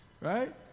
Right